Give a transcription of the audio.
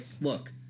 look